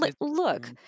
look